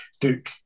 Duke